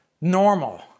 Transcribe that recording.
normal